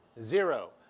zero